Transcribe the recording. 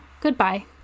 Goodbye